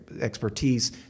expertise